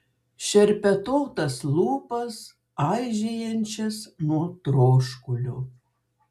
šerpetotas lūpas aižėjančias nuo troškulio